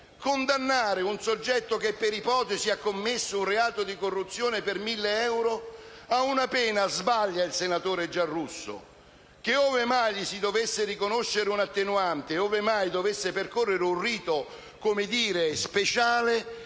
condannare un soggetto che, per ipotesi, ha commesso un reato di corruzione per 1.000 euro, ad una pena - sbaglia il senatore Giarrusso - che, ove mai gli si dovesse riconoscere un'attenuante, ove mai si dovesse percorrere un rito speciale,